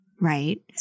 Right